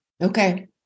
Okay